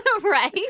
Right